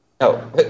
No